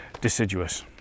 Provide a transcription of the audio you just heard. deciduous